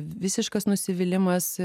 visiškas nusivylimas